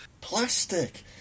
plastic